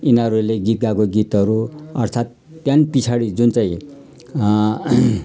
यिनीहरूले गीत गाएको गीतहरू अर्थात् त्यहाँदेखि पछाडि जुन चाहिँ